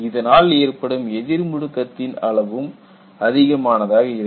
இதனால் ஏற்படும் எதிர் முடுக்கத்தின் அளவும் அதிகமானதாக இருக்கும்